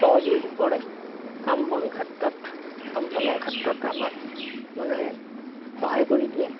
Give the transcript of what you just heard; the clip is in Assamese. সহযোগো কৰে কাম বন ক্ষেত্ৰত কাম বনৰ ক্ষেত্ৰত আমাক মানে সহায় কৰি দিয়ে